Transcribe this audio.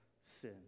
sin